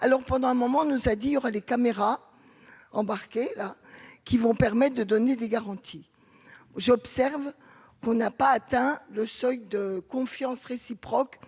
alors pendant un moment, nous à dire les caméras embarquées là qui vont permettent de donner des garanties, j'observe qu'on n'a pas atteint le seuil de confiance réciproque